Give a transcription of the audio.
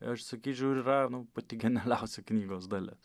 aš sakyčiau ir yra nu pati genialiausia knygos dalis